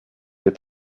des